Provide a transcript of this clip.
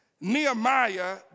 Nehemiah